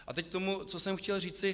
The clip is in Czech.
A teď k tomu, co jsem chtěl říci.